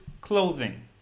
clothing